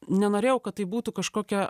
nenorėjau kad tai būtų kažkokia